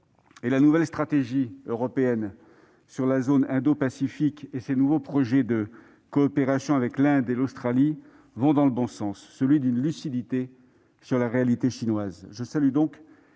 Sa nouvelle stratégie sur la zone indopacifique et ses nouveaux projets de coopération avec l'Inde et l'Australie vont dans le bon sens, celui d'une lucidité sur la réalité chinoise.